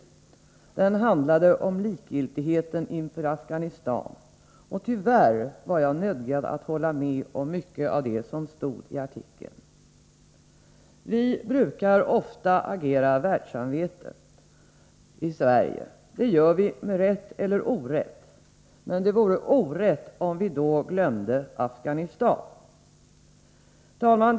Artikeln handlade om likgiltigheten inför Afghanistan, och tyvärr var jag nödgad hålla med om mycket av det som stod där. Vi brukar ofta agera världssamvete i Sverige. Det gör vi med rätt eller orätt. Men det vore orätt, om vi då glömde Afghanistan. Fru talman!